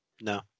No